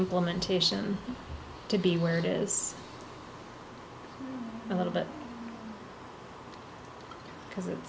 implementation to be where it is a little bit because it's